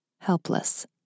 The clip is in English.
Helpless